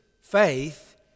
Faith